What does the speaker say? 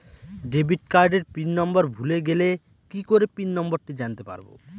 Debit কার্ডের pin number ভুলে গেলে কি করে পিন নম্বরটি জানতে পারবো?